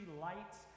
lights